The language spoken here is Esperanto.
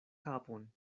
kapon